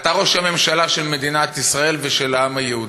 אתה ראש הממשלה של מדינת ישראל ושל העם היהודי.